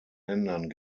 ländern